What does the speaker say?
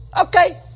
Okay